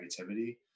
negativity